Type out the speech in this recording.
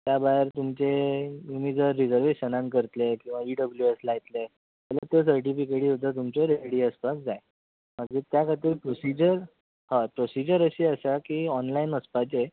त्या भायर तुमचें तुमी जर रिजवेशनान करतले किंवा इ डब्ल्यू एस लायतले जाल्यार त्यो सर्टिफिकेटी सुद्दां तुमच्यो रेडी आसपाक जाय मागीर त्या खातीर प्रोसिजर हय प्रोसिजर अशी आसा की ऑनलायन वचपाचें